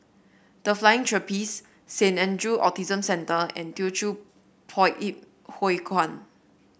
The Flying Trapeze Saint Andrew Autism Centre and Teochew Poit Ip Huay Kuan